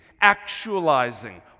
actualizing